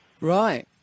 Right